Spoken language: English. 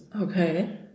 Okay